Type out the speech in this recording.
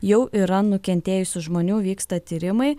jau yra nukentėjusių žmonių vyksta tyrimai